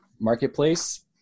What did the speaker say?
marketplace